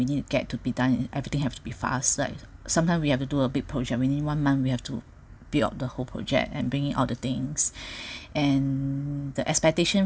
we need to get to be done everything have to be fast like sometime we have to do a big project within one month we have to build up the whole project and bringing out the things and the expectation